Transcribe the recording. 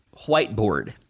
whiteboard